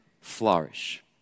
flourish